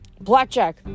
Blackjack